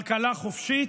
כלכלה חופשית,